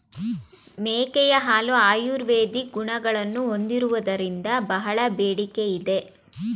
ಮೇಕೆಯ ಹಾಲು ಆಯುರ್ವೇದಿಕ್ ಗುಣಗಳನ್ನು ಹೊಂದಿರುವುದರಿಂದ ಬಹಳ ಬೇಡಿಕೆ ಇದೆ